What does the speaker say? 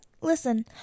listen